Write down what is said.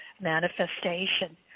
manifestation